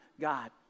God